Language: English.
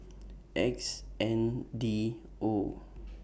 X N D O